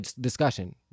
discussion